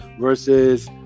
versus